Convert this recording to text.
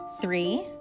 three